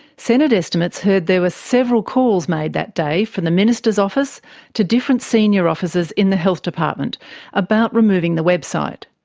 senate estimates heard there were several calls made that day from the minister's office to different senior officers in the health department about removing the website.